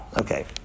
Okay